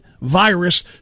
virus